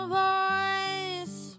voice